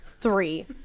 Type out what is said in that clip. three